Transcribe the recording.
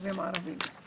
הישיבה ננעלה בשעה